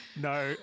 No